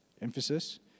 emphasis